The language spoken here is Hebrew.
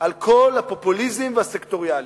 על קול הפופוליזם והסקטוריאליות.